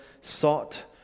sought